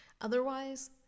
Otherwise